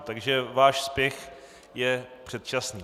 Takže váš spěch je předčasný.